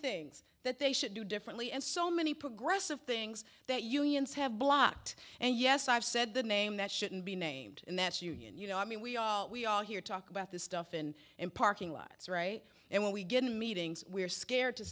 things that they should do differently and so many progressive things that unions have blocked and yes i've said the name that shouldn't be named and that's you know i mean we all we all hear talk about this stuff and in parking lots right and when we get in meetings we're scared to